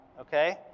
Okay